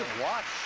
watch.